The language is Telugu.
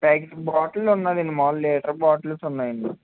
ప్యాకింగ్ బాటిల్ ఉన్నాదండి మాములు లీటర్ బాటిల్స్ ఉన్నాయండి